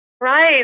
Right